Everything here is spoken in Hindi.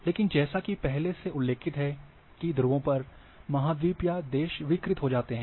लेकिन जैसा कि पहले से उल्लेखित है कि ध्रुवों पर महाद्वीप या देश विकृत हो जाते हैं